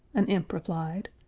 an imp replied.